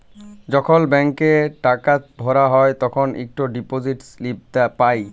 যখল ব্যাংকে টাকা ভরা হ্যায় তখল ইকট ডিপজিট ইস্লিপি পাঁই